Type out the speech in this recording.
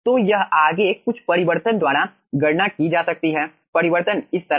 तो यह आगे कुछ परिवर्तन द्वारा गणना की जा सकती है परिवर्तन इस तरह हैं